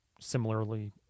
similarly